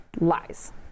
lies